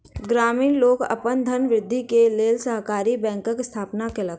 ग्रामीण लोक अपन धनवृद्धि के लेल सहकारी बैंकक स्थापना केलक